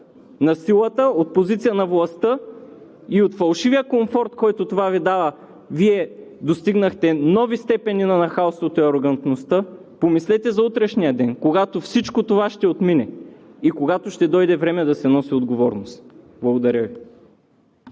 на силата, от позиция на властта и от фалшивия комфорт, който това Ви дава, Вие достигнахте нови степени на нахалството и арогантността, помислете за утрешния ден, когато всичко това ще отмине и когато ще дойде време да се носи отговорност. Благодаря Ви.